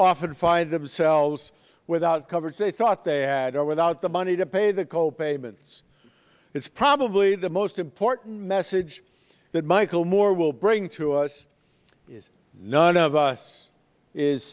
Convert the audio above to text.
often find themselves without coverage they thought they had or without the money to pay the co payment it's probably the most important message that michael moore will bring to us is none of us is